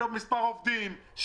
של מספר עובדים,